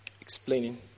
explaining